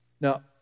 Now